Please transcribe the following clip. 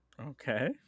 Okay